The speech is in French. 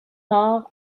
nord